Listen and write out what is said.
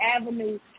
avenue